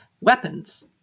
weapons